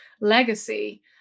legacy